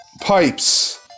pipes